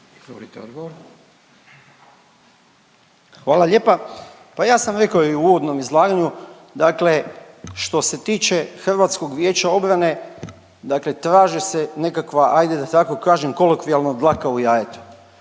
Hvala lijepa. Pa ja sam rekao i u uvodnom izlaganju, dakle što se tiče HVO-a dakle traže se nekakva, adje da tako kažem kolokvijalno, dlaka u jajetu.